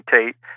Tate